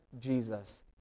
Jesus